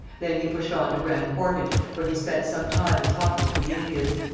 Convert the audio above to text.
then he pushed on to grand portage, where he spent some time in talking to the indians.